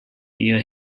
eher